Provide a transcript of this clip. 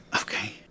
Okay